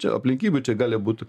čia aplinkybių čia gali būt